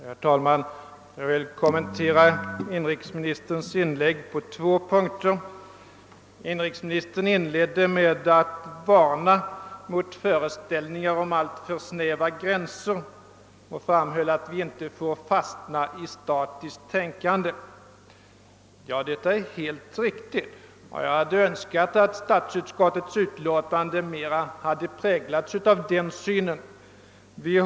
Herr talman! Jag vill kommentera inrikesministerns inlägg på två punkter. Inrikesministern inledde med att varna mot alltför snäva gränser och framhöll att vi inte får fastna i statiskt tänkande. Ja, det är helt riktigt, och jag hade önskat att statsutskottets utlåtan de mera hade präglats av den synen.